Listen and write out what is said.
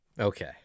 okay